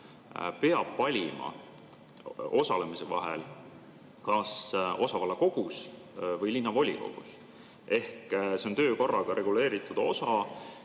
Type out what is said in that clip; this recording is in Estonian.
peab valima osalemise vahel kas osavallakogus või linnavolikogus. Ehk see on töökorraga reguleeritud osa